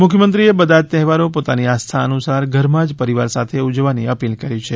મુખ્યમંત્રીએ બધા જ તહેવારો પોતાની આસ્થા અનુસાર ઘરમાં જ પરિવાર સાથે ઉજવવાની અપીલ કરી છે